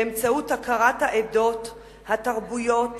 באמצעות הכרת העדות, התרבויות,